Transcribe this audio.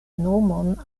nomon